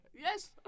Yes